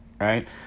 right